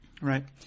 Right